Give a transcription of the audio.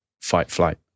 fight-flight